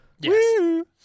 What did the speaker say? Yes